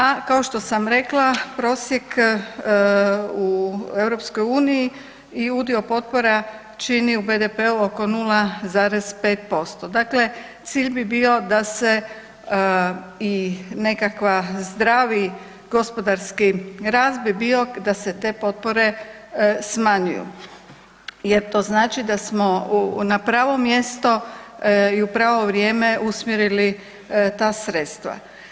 A kao što sam rekla prosjek u EU i udio potpora čini u BDP-u oko 0,5%, dakle cilj bi bio da se i nekakav zdravi gospodarski rast bi bio da se te potpore smanjuju jer to znači da smo na pravo mjesto i u pravo vrijeme usmjerili ta sredstva.